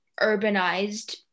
urbanized